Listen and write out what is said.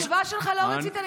התשובה שלך לא רצינית.